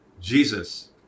Jesus